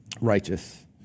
righteous